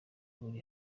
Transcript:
buri